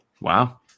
Wow